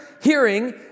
hearing